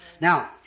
Now